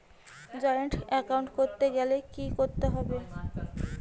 Joint account করতে গেলে কি করতে হবে?